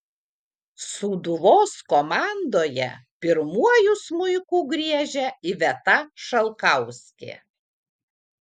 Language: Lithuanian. sūduvos komandoje pirmuoju smuiku griežia iveta šalkauskė